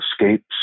escapes